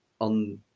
on